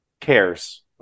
cares